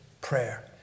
prayer